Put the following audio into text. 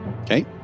okay